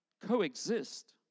Coexist